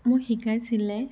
মোক শিকাইছিলে